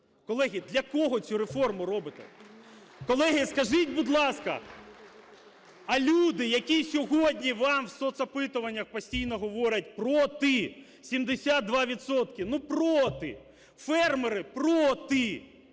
Колеги, для кого цю реформу робите? Колеги, скажіть, будь ласка, а люди, які сьогодні вам в соцопитуваннях постійно говорять: проти 72 відсотки, ну, проти, фермери – проти.